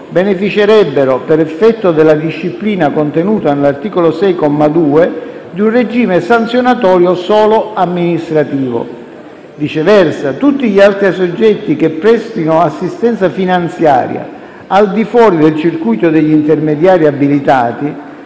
beneficerebbero, per effetto della disciplina contenuta nell'articolo 6 comma 2, di un regime sanzionatorio solo amministrativo. Viceversa, tutti gli altri soggetti che prestino assistenza finanziaria al di fuori del circuito degli intermediari abilitati